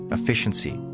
efficiency,